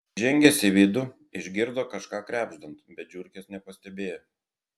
įžengęs į vidų išgirdo kažką krebždant bet žiurkės nepastebėjo